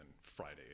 friday